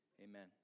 Amen